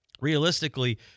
realistically